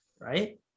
right